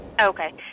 Okay